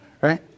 right